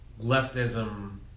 leftism